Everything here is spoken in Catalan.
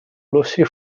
luci